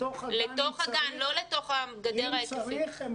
לתוך הגן, אם צריך.